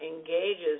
engages